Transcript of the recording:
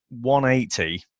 180